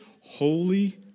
holy